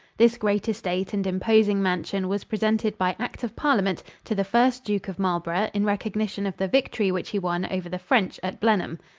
this great estate and imposing mansion was presented by act of parliament to the first duke of marlborough in recognition of the victory which he won over the french at blenheim.